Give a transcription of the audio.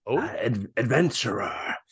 adventurer